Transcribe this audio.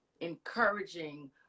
encouraging